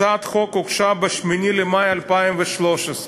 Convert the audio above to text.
הצעת החוק הוגשה ב-8 במאי 2013,